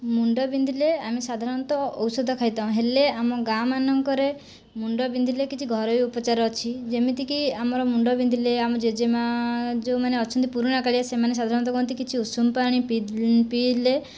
ମୁଣ୍ଡ ବିନ୍ଧିଲେ ଆମେ ସାଧାରଣତଃ ଔଷଧ ଖାଇଥାଉ ହେଲେ ଆମ ଗାଁମାନଙ୍କରେ ମୁଣ୍ଡ ବିନ୍ଧିଲେ କିଛି ଘରୋଇ ଉପଚାର ଅଛି ଯେମିତିକି ଆମର ମୁଣ୍ଡ ବିନ୍ଧିଲେ ଆମ ଜେଜେମା ଯେଉଁମାନେ ଅଛନ୍ତି ପୁରୁଣାକାଳିଆ ସେମାନେ ସାଧାରଣତଃ କହନ୍ତି କିଛି ଉଷୁମପାଣି ପିଇଲେ